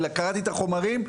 וקראתי את החומרים.